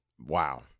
Wow